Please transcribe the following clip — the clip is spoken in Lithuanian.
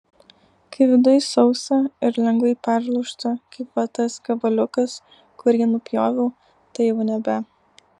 kai viduj sausa ir lengvai perlūžta kaip va tas gabaliukas kurį nupjoviau tai jau nebe